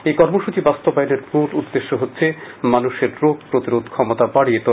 এই কর্মসূচি বাস্তবায়নের মূল উদ্দেশ্য হলো মানুষের রোগ প্রতিরোধ ক্ষমতা বাড়ানো